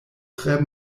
tre